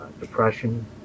depression